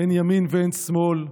אין ימין ואין שמאל,